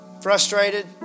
Frustrated